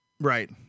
Right